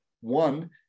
One